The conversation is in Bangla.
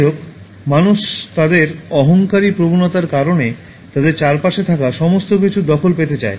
যাইহোক মানুষ তাদের অহঙ্কারী প্রবণতার কারণে তাদের চারপাশে থাকা সমস্ত কিছুর দখল পেতে চায়